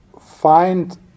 find